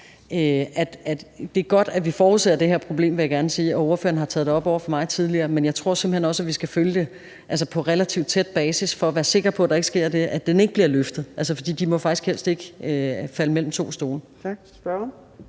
Det er godt, at vi forudser det her problem, vil jeg gerne sige – og ordføreren har taget det op over for mig tidligere. Men jeg tror simpelt hen også, at vi skal følge det på relativt tæt basis for at være sikre på, at der ikke sker det, at det ikke bliver løftet. For de må faktisk helst ikke falde mellem to stole. Kl. 15:12